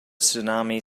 tsunami